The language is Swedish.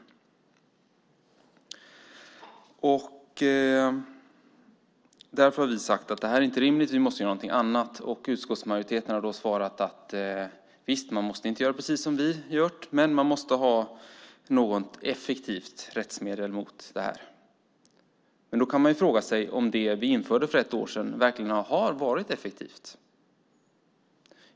Vi har sagt att detta inte är rimligt och att något annat måste göras. Utskottsmajoriteten har svarat att man visst inte måste göra som de vill men att det måste finnas något effektivt rättsmedel. Har den lag vi införde för ett år sedan verkligen varit effektiv?